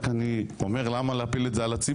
אני רק אומר, למה להפיל את זה על הציבור?